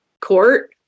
Court